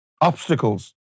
obstacles